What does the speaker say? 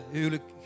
huwelijk